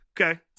Okay